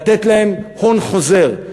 לתת להם הון חוזר,